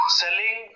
selling